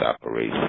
operation